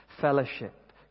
fellowship